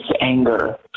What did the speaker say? anger